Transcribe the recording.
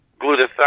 Glutathione